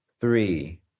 Three